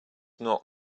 not